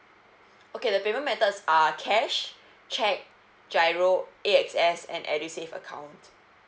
okay the payment methods are cash check giro A_X_S and edusave account